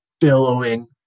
billowing